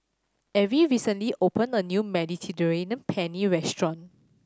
Avie recently opened a new Mediterranean Penne restaurant